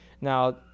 Now